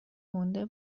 مونده